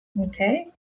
Okay